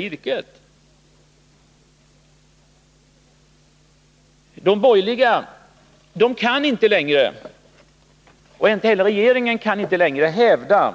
Varken de borgerliga eller regeringen kan fortsätta att hävda